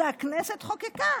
שהכנסת חוקקה.